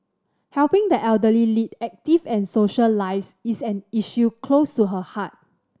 helping the elderly lead active and social lives is an issue close to her heart